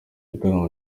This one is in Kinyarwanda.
gitaramo